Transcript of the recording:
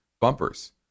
bumpers